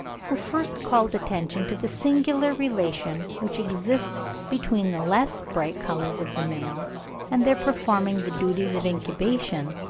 who first called attention to the singular relation which exists between the less bright colours of the males and their performing the duties of incubation,